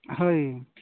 ହଁ